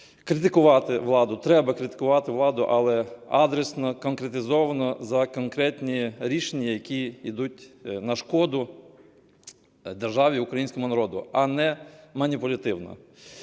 критикувати владу. Треба критикувати владу, але адресно, конкретизовано, за конкретні рішення, які йдуть на шкоду державі, українському народу, а не маніпулятивно.